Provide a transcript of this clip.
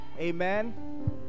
Amen